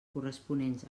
corresponents